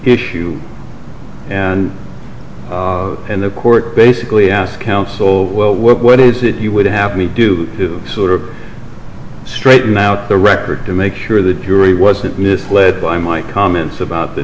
issue and the court basically asked what is it you would have me do to sort of straighten out the record to make sure the jury wasn't misled by my comments about the